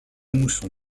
mousson